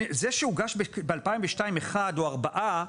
זה שהוגש ב-22 אחד או ארבעה,